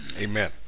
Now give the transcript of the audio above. Amen